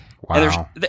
Wow